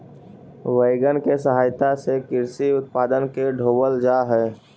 wagon के सहायता से कृषि उत्पादन के ढोवल जा हई